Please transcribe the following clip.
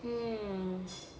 mmhmm